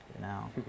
Now